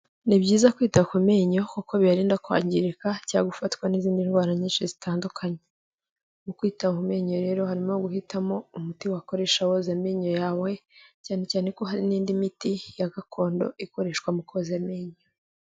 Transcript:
Ni byiza kwita ku menyo, kuko biribanda kwangirika, cyangwa gufatwa n'izindi ndwara nyinshi zitandukanye. Mu kwita ku mu menyo rero, harimo guhitamo umuti wakoresha woza amenyo yawe, cyane cyane ko hari n'indi miti ya gakondo, ikoreshwa mu koza amenyo.